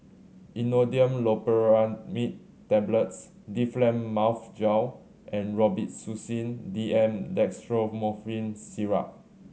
Imodium Loperamide Tablets Difflam Mouth Gel and Robitussin D M Dextromethorphan Syrup